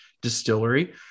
Distillery